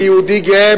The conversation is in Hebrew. כיהודי גאה,